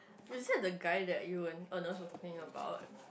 is that the guy that you and Ernest were talking about